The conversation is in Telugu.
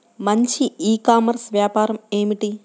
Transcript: మంచి ఈ కామర్స్ వ్యాపారం ఏమిటీ?